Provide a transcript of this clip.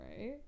right